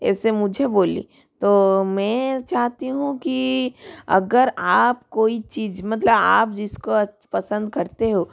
ऐसे मुझे बोली तो मैं चाहती हूँ कि अगर आप कोई चीज़ मतलब आप जिसको पसंद करते हो